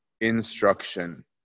instruction